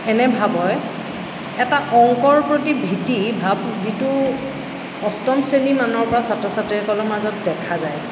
এনে ভাব হয় এটা অংকৰ প্ৰতি ভিতি ভাব যিটো অষ্টম শ্ৰেণী মানৰপৰা ছাত্ৰ ছাত্ৰীসকলৰ মাজত দেখা যায়